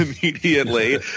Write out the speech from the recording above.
immediately